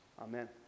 Amen